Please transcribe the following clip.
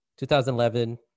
2011